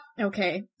okay